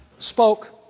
spoke